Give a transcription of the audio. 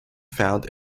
found